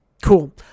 cool